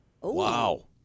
Wow